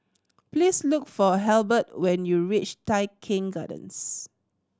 please look for Halbert when you reach Tai Keng Gardens